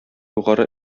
югары